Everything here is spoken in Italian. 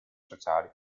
sociali